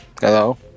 Hello